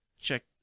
check